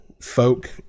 folk